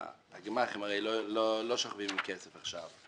שהגמ"חים הרי לא שוכבים עם כסף עכשיו.